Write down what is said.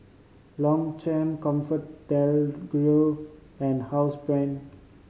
Longchamp ComfortDelGro and Housebrand